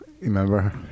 remember